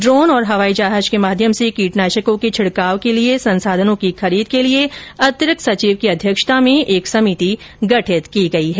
drone और हवाईजहाज के माध्यम से कीटनाशकों के छिडकाव के लिए संसाधनों की खरीद के लिए अतिरिक्त सचिव की अध्यक्षता में एक समिति गठित की गई है